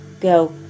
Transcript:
go